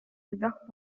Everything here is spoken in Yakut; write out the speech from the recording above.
элбэх